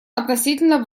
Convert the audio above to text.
относительно